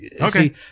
Okay